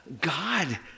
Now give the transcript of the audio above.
God